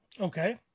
Okay